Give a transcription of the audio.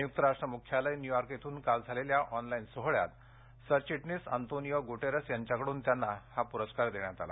संयुक्त राष्ट्र मुख्यालय न्यूयॉक बून काल झालेल्या ऑनलाईन सोहोळ्यात सरचिटणीस अन्तोनियो गुटेरस यांच्याकडून त्यांना हा प्रस्कार देण्यात आला